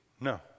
No